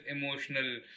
emotional